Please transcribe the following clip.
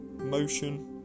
Motion